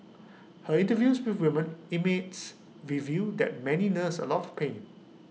her interviews with women inmates reveal that many nurse A lot of pain